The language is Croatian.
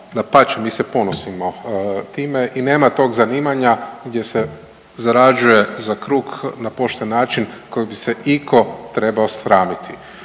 dapače mi se ponosimo time i nema tog zanimanja gdje se zarađuje za kruh na pošten način kojeg bi se itko trebao sramiti.